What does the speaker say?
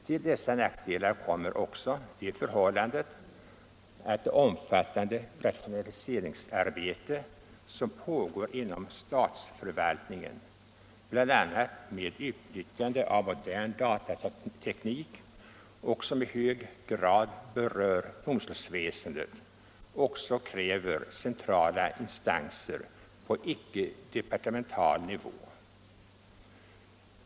Till dessa nackdelar kommer också det förhållandet att det omfattande rationaliseringsarbete, som pågår inom statsförvaltningen bl.a. med utnyttjande av modern datateknik och som i hög grad berör domstolsväsendet, också kräver centrala insatser på ickedepartemental nivå.